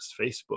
facebook